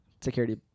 security